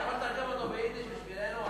אתה יכול לתרגם אותו ליידיש בשבילנו?